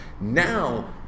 Now